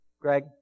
Greg